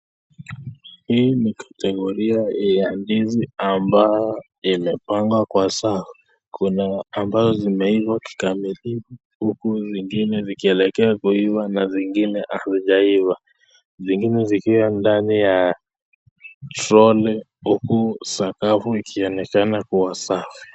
Hii ni kategoria ya ndizi ambayo imepangwa kwa safu. Kuna ambazo zimeiva kikamilifu huku zingine zikielekea kuiva na zingine hazijaiva. Zingine zikiwa ndani ya troli, huku sakafu ikionekana kuwa safi.